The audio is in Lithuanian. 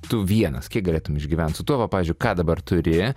tu vienas kiek galėtum išgyventi su tuo va pavyzdžiui ką dabar turi